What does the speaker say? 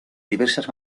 diversas